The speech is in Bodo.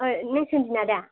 ओइ नों सोनजिना दा